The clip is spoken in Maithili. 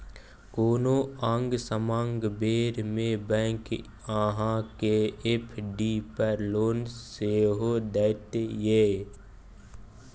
कोनो आंग समांग बेर मे बैंक अहाँ केँ एफ.डी पर लोन सेहो दैत यै